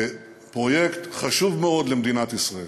בפרויקט חשוב מאוד למדינת ישראל.